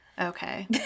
okay